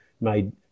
made